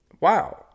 Wow